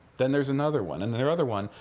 then there's another one, and then another one.